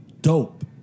Dope